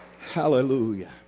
Hallelujah